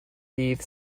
dydd